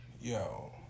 Yo